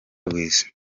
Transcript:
rw’isi